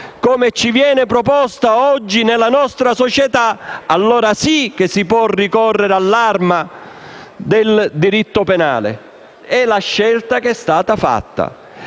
come ci viene proposta oggi nella nostra società, allora sì che si può ricorrere all'arma del diritto penale. È la scelta che è stata fatta.